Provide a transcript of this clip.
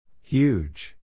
Huge